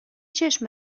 چشم